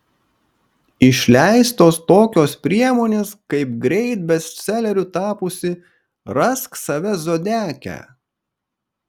išleistos tokios priemonės kaip greit bestseleriu tapusi rask save zodiake